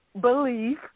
belief